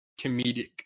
comedic